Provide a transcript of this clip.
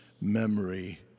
memory